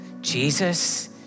Jesus